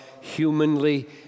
humanly